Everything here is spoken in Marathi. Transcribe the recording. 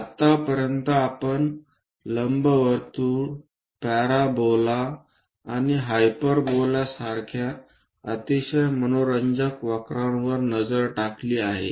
आतापर्यंत आपण लंबवर्तुळ पॅराबोला आणि हायपरबोला सारख्या अतिशय मनोरंजक वक्रांवर नजर टाकली आहे